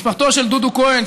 משפחתו של דודו כהן,